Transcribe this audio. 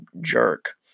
jerk